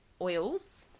oils